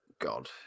God